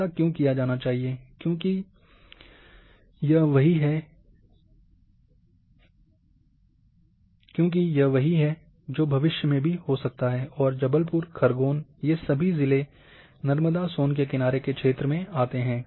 ऐसा क्यों किया जाना चाहिए क्योंकि यह वही है भविष्य मेन भी हो सकता है और जबलपुर खरगोन ये सभी जिले नर्मदा सोन के किनारे के क्षेत्र मेन आते हैं